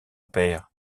père